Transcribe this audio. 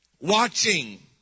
watching